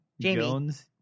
Jones